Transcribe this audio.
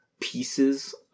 pieces